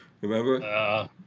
Remember